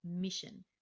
mission